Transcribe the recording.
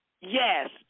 Yes